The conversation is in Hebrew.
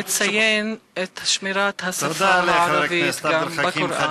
מציין את שמירת השפה הערבית גם בקוראן.